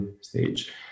stage